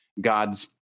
God's